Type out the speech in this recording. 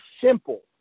simple